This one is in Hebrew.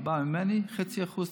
זה בא ממני: 0.5% תוספת.